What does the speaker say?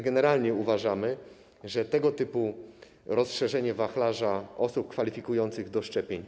Generalnie uważamy, że tego typu rozszerzenie wachlarza osób kwalifikujących do szczepień.